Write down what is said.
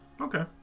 Okay